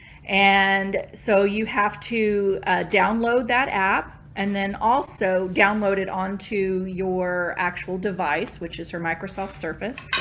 and so, you have to download that app and then also download it onto your actual device, which is her microsoft surface.